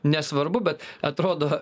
nesvarbu bet atrodo